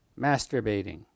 masturbating